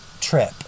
trip